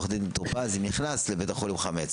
אם נכנס לבית חולים חמץ?